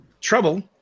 trouble